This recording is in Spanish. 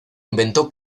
inventó